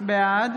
בעד